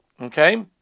Okay